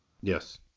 yes